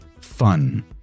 fun